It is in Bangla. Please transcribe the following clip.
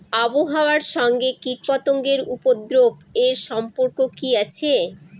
আবহাওয়ার সঙ্গে কীটপতঙ্গের উপদ্রব এর সম্পর্ক কি আছে?